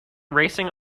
racing